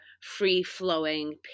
free-flowing